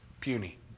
puny